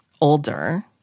older